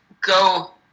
go